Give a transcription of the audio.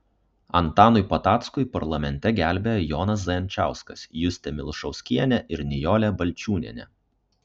antanui patackui parlamente gelbėja jonas zajančkauskas justė milušauskienė ir nijolė balčiūnienė